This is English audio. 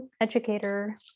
educator